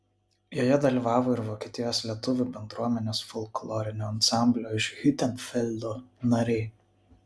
joje dalyvavo ir vokietijos lietuvių bendruomenės folklorinio ansamblio iš hiutenfeldo nariai